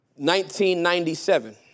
1997